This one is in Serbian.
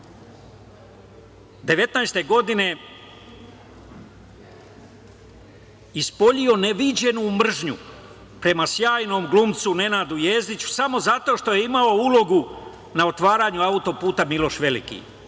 godine ispoljio neviđenu mržnju prema sjajnom glumcu Nenadu Jezdiću samo zato što je imao ulogu na otvaranju auto puta „Miloš veliki“